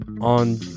on